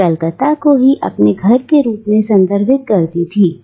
वह कलकत्ता को ही अपने घर के रूप में संदर्भित करती थी